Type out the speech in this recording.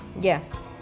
Yes